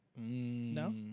No